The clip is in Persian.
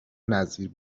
نظیر